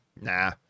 Nah